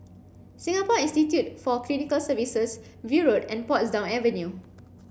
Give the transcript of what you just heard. Singapore Institute for Clinical Sciences View Road and Portsdown Avenue